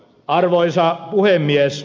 arvoisa puhemies